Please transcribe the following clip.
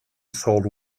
sold